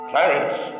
Clarence